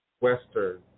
Western